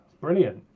Brilliant